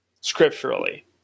scripturally